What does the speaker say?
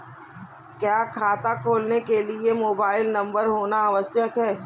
क्या खाता खोलने के लिए मोबाइल नंबर होना आवश्यक है?